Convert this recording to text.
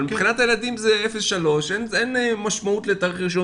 אבל מבחינת הילדים 3-0 אין משמעות לתאריך של ה-1